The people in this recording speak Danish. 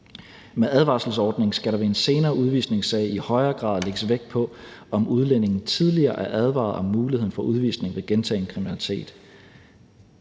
Med advarselsordningen skal der ved en senere udvisningssag i højere grad lægges vægt på, om udlændingen tidligere er advaret om muligheden for udvisning ved gentagen kriminalitet.